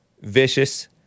vicious